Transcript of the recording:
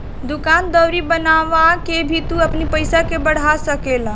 दूकान दौरी बनवा के भी तू अपनी पईसा के बढ़ा सकेला